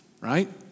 right